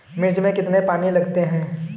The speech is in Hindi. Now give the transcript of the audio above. मिर्च में कितने पानी लगते हैं?